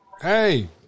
Hey